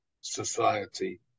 society